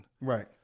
Right